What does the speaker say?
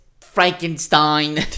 Frankenstein